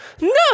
no